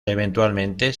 eventualmente